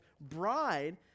bride